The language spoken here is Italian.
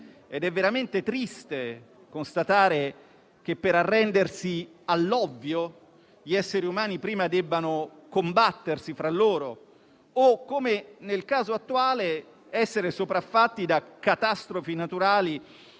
È veramente triste constatare che, per arrendersi all'ovvio, gli esseri umani prima debbano combattersi tra loro o, come nel caso attuale, essere sopraffatti da catastrofi naturali